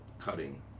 cutting